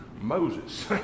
Moses